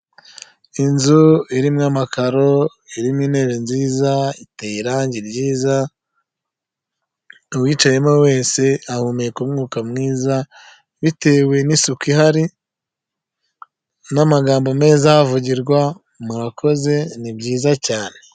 Inzu irimo amakaro irimo amakaro, irimo intebe nziza, iteye irangi ryiza. Uwicayemo wese ahumeka umwuka mwiza bitewe n'isuku ihari n'amagambo meza ahavugirwa, murakoze ni byiza cyane.